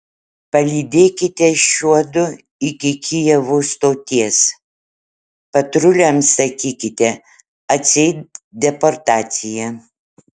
palydėkite šiuodu iki kijevo stoties patruliams sakykite atseit deportacija